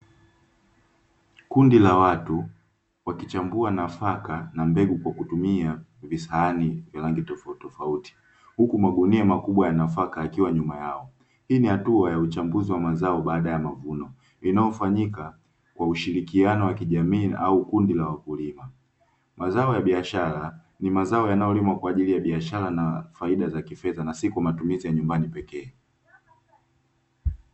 Kundi la watu wakichambua nafaka na mbegu kwa kutumia visahani vya rangi tofautitofauti, huku magunia makubwa ya nafaka yakiwa nyuma yao. Hii ni hatua ya uchambuzi wa mazao baada ya mavuno, inayofanyika kwa ushirikiano wa kijamii au kundi la wakulima. Mazao ya biashara ni mazao yanayo limwa kwa ajili ya biashara na faida za kifedha na si kwa matumizi ya nyumbani pekee.